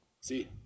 See